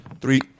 three